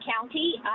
County